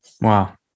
Wow